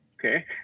Okay